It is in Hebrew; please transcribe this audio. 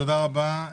תודה רבה,